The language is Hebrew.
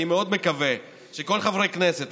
אני מאוד מקווה שכל חברי הכנסת,